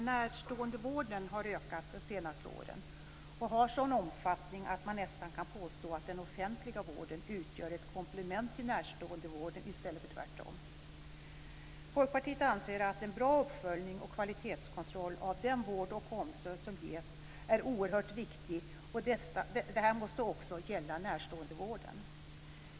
Närståendevården har ökat under de senaste åren och har en sådan omfattning att man nästan kan påstå att den offentliga vården utgör ett komplement till närståendevården i stället för tvärtom. Folkpartiet anser att en bra uppföljning och kvalitetskontroll av den vård och omsorg som ges är oerhört viktig. Det här måste också gälla närståendevården.